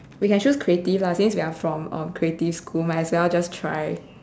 we can choose creative lah since we're from um from creative school might as well just try